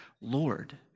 Lord